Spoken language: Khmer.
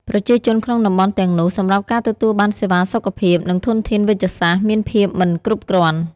ប្រជាជនក្នុងតំបន់ទាំងនោះ សម្រាប់ការទទួលបានសេវាសុខភាព និងធនធានវេជ្ជសាស្ត្រមានភាពមិនគ្រប់គ្រាន់។